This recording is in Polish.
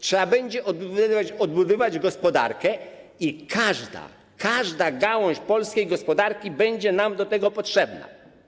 Trzeba będzie odbudowywać gospodarkę i każda gałąź polskiej gospodarki będzie nam do tego potrzebna.